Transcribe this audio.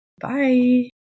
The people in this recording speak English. bye